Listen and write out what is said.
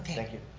thank you.